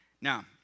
Now